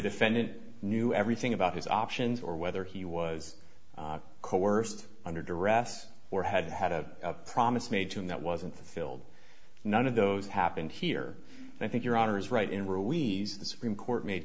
defendant knew everything about his options or whether he was coerced under duress or had had a promise made to him that wasn't filled none of those happened here and i think your honor is right in where we the supreme court made